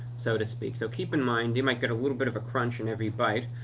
so to speak. so keep in mind you might get a little bit of a crunch in every bite.